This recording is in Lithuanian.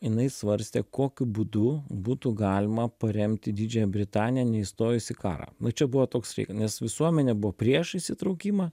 jinai svarstė kokiu būdu būtų galima paremti didžiąją britaniją neįstojus į karą nu čia buvo toks reikalas nes visuomenė buvo prieš įsitraukimą